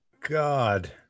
God